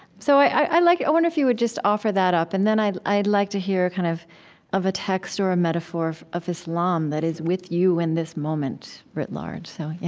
so i like wonder if you would just offer that up, and then i'd i'd like to hear kind of of a text or a metaphor of of islam that is with you in this moment, writ large so yeah